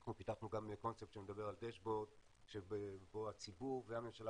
אנחנו פיתחנו גם קונספט שמדבר על דשבורד שבו הציבור והממשלה